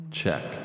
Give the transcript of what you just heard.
check